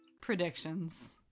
predictions